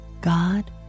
God